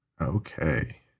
Okay